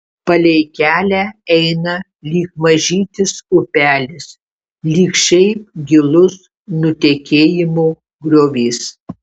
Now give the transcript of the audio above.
palei kelią eina lyg mažytis upelis lyg šiaip gilus nutekėjimo griovys